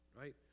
right